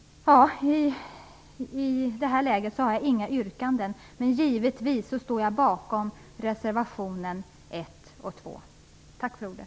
I detta läge har jag inga yrkanden, men givetvis står jag bakom reservationerna 1 och 2. Tack för ordet.